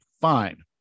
Fine